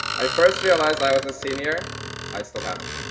i first realized i was a senior i still haven't.